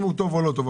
אם הוא טוב או לא טוב,